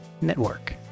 Network